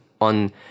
on